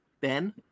Ben